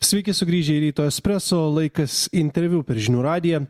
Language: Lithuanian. sveiki sugrįžę į ryto espresso laikas interviu per žinių radiją